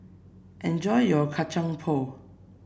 enjoy your Kacang Pool